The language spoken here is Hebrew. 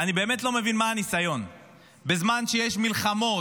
באמת לא מבין מה הניסיון בזמן שיש מלחמות,